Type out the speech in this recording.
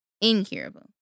Incurable